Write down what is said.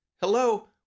Hello